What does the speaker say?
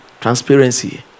Transparency